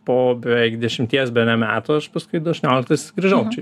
po beveik dešimties bene metų aš paskui du aštuonioliktais grįžau čia